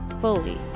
fully